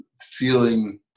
feeling